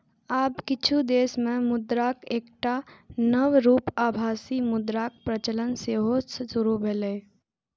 आब किछु देश मे मुद्राक एकटा नव रूप आभासी मुद्राक प्रचलन सेहो शुरू भेलैए